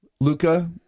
Luca